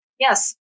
Yes